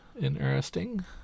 Interesting